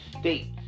States